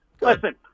Listen